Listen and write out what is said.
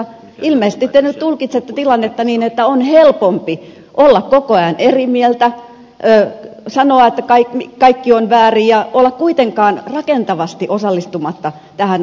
ilmeisesti te nyt tulkitsette tilannetta niin että on helpompi olla koko ajan eri mieltä sanoa että kaikki on väärin ja olla kuitenkaan rakentavasti osallistumatta tähän asiaan